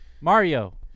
Mario